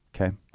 Okay